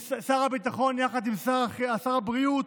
שר הביטחון יחד עם שר הבריאות,